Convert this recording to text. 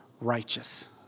righteous